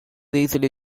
easily